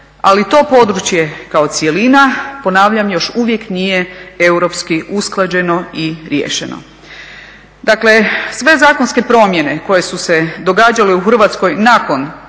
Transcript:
ali to područje kao cjelina ponavljam još uvijek nije europski usklađeno i riješeno. Dakle, sve zakonske promjene koje su se događale u Hrvatskoj nakon